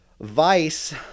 Vice